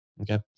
Okay